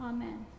Amen